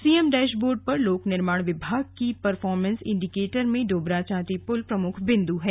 CM dashboard पर लोकनिर्माण विभाग की परफोर्मेंस इंडिकेटर में डोबराचांठी पुल प्रमुख बिंदु है